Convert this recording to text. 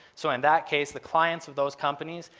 so in that case the clients of those companies,